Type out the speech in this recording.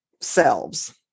selves